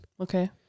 Okay